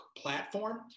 platform